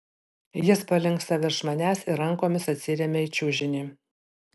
jis palinksta virš manęs ir rankomis atsiremia į čiužinį